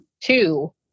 two